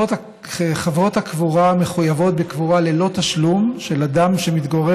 חברות הקבורה מחויבות בקבורה ללא תשלום של אדם שמתגורר